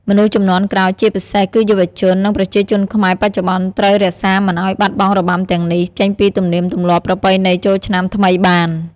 មនុស្សជំនាន់ក្រោយ ជាពិសេសគឺយុវជន និងប្រជាជនខ្មែរបច្ចុប្បន្ន ត្រូវរក្សាមិនឲ្យបាត់បង់របាំទាំងនេះ ចេញពីទំនៀមទម្លាប់ប្រពៃណីចូលឆ្នាំថ្មីបាន។